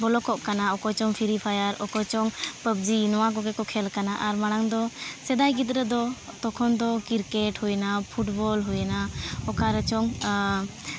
ᱵᱚᱞᱚ ᱠᱚᱜ ᱠᱟᱱᱟ ᱚᱠᱚᱭ ᱪᱚᱝ ᱯᱷᱨᱤ ᱯᱷᱟᱭᱟᱨ ᱚᱠᱚᱭ ᱪᱚᱝ ᱯᱟᱵᱡᱤ ᱱᱚᱣᱟ ᱠᱚᱜᱮ ᱠᱚ ᱠᱷᱮᱞ ᱠᱟᱱᱟ ᱟᱨ ᱢᱟᱲᱟᱝ ᱫᱚ ᱥᱮᱫᱟᱭ ᱜᱤᱫᱽᱨᱟᱹ ᱫᱚ ᱛᱚᱠᱷᱚᱱ ᱫᱚ ᱠᱨᱤᱠᱮᱴ ᱦᱩᱭᱱᱟ ᱯᱷᱩᱴᱵᱚᱞ ᱦᱩᱭᱱᱟ ᱚᱠᱟ ᱨᱮᱪᱚᱝ